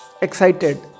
excited